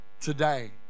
today